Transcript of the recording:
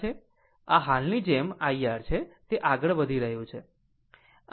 આ હાલની જેમ IR છે તે આગળ વધી રહ્યું છે